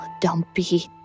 dumpy